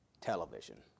Television